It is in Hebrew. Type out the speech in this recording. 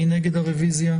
מי נגד הרביזיה?